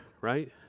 right